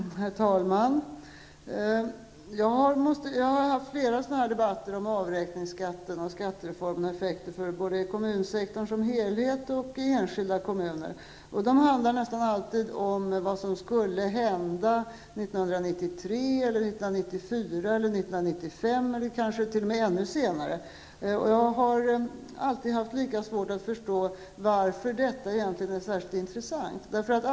Herr talman! Jag har haft flera sådana här debatter om avräkningsskatten, om skattereformen och effekterna för kommunsektorn som helhet och i enskilda kommuner. De handlar nästan alltid om vad som skulle hända 1993, 1994, 1995 eller kanske t.o.m. ännu senare. Jag har alltid haft lika svårt att förstå varför detta egentligen är särskilt intressant.